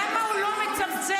למה הוא לא מצמצם?